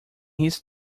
his